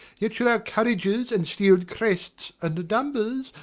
yet should our courages and steeled crests, and numbers,